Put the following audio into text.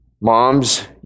Moms